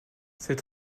c’est